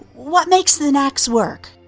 what makes the knacks work?